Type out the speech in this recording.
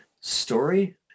story